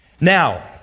Now